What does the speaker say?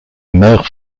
meurent